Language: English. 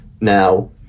Now